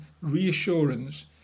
reassurance